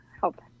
help